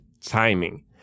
timing